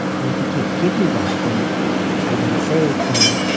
and if he can't give you that, then i got to say, you know,